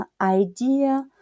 idea